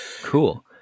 cool